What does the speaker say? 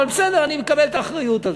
אבל בסדר, אני מקבל את האחריות לזה.